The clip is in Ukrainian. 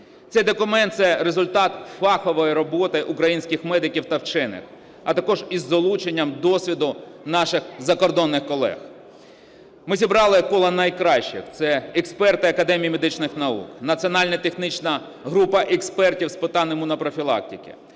Цей документ – це результат фахової роботи українських медиків та вчених, а також із залученням досвіду наших закордонних колег. Ми зібрали коло найкращих: це експерти Академії медичних наук, Національно-технічна група експертів з питань імунопрофілактики,